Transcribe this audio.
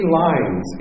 lines